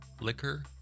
Liquor